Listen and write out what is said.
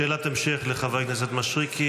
שאלת המשך לחבר הכנסת משריקי.